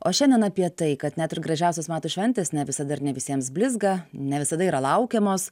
o šiandien apie tai kad net ir gražiausios metų šventės ne visada ir ne visiems blizga ne visada yra laukiamos